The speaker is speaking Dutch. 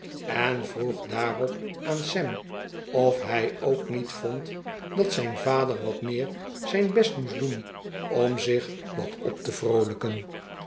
en vroeg daarop aan sam of hij ook niet vond dat zijn vader wat meer zijn best moest doen om zich wat op te vroolijken